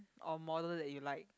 or model that you like